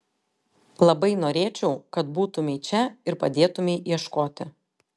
labai norėčiau kad būtumei čia ir padėtumei ieškoti